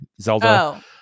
Zelda